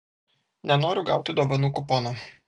nenoriu gauti dovanų kupono